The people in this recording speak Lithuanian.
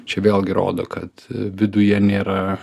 čia vėlgi rodo kad viduje nėra